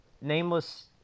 Nameless